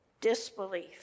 disbelief